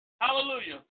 Hallelujah